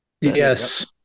Yes